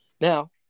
Now